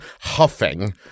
huffing